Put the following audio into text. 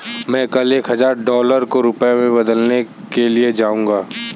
मैं कल एक हजार डॉलर को रुपया में बदलने के लिए जाऊंगा